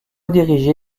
dirigé